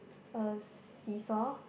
a see-saw